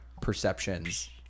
perceptions